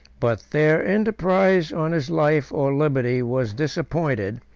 but their enterprise on his life or liberty was disappointed,